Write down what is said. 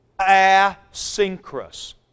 Asynchronous